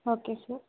okay sir